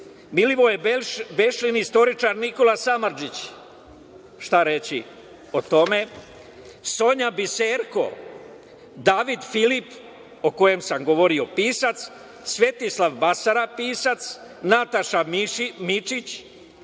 Milivoje Bešlin, istoričar, Nikola Samardžić. Šta reći o tome? Sonja Biserko, David Filip o kojem sam govorio, pisac, Svetislav Basara, pisac, Nataša Mičić,